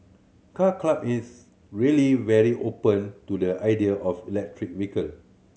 Car Club is really very open to the idea of electric vehicle